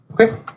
Okay